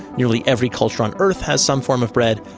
nearly every culture on earth has some form of bread.